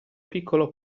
piccolo